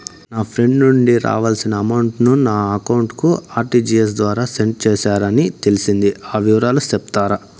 నా ఫ్రెండ్ నుండి రావాల్సిన అమౌంట్ ను నా అకౌంట్ కు ఆర్టిజియస్ ద్వారా సెండ్ చేశారు అని తెలిసింది, ఆ వివరాలు సెప్తారా?